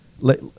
let